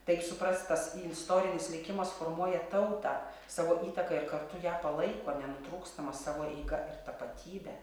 taip suprastas i istorinis likimas formuoja tautą savo įtaka ir kartu ją palaiko nenutrūkstama savo eiga ir tapatybe